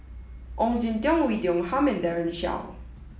Ong Jin Teong Oei Tiong Ham and Daren Shiau